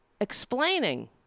explaining